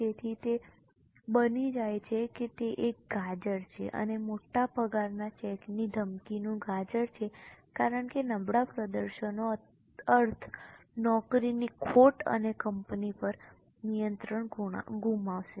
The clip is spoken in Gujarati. તેથી તે બની જાય છે કે તે એક ગાજર છે અને મોટા પગારના ચેકની ધમકીનું ગાજર છે કારણ કે નબળા પ્રદર્શનનો અર્થ નોકરીની ખોટ અને કંપની પર નિયંત્રણ ગુમાવશે